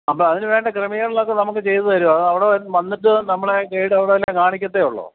അപ്പോള് അതിന് വേണ്ട ക്രമീകരണങ്ങളൊക്കെ നമുക്ക് ചെയ്തുതരുമോ അതോ അവിടെ വന്നിട്ട് നമ്മളെ ഗൈഡ് അവിടെ എല്ലാം കാണിക്കുകയേയുള്ളോ